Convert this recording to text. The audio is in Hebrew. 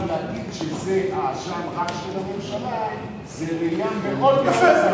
להגיד שהאשם רק של הממשלה זאת ראייה מאוד מאוד צרה.